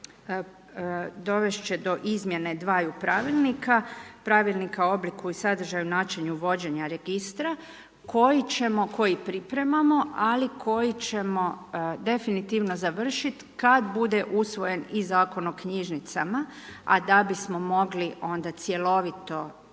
zakona, dovest će do izmjene dvaju pravilnika, pravilnika o obliku i sadržaju načinu vođenja registra, koji pripremamo, ali koji ćemo definitivno završiti kada bude usvojen i zakon o knjižnicama, a da bismo mogli onda cjelovito taj